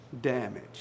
damage